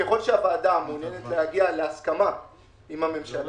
ככל שהוועדה מעוניינת להגיע להסכמה עם הממשלה